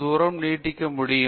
தூரம் நீட்டிக்க முடியும்